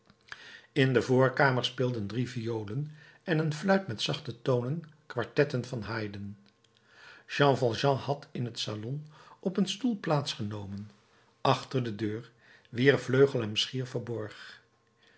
in de voorkamer speelden drie violen en een fluit met zachte tonen kwartetten van haydn jean valjean had in het salon op een stoel plaats genomen achter de deur wier vleugel hem schier verborg